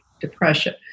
depression